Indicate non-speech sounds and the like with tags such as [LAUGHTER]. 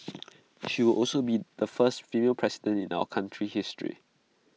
[NOISE] she will also be the first female president in our country's history